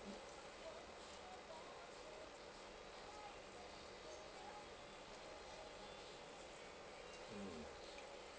mm